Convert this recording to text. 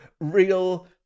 real